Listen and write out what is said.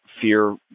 fear